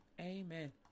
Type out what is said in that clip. Amen